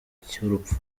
cy’urupfu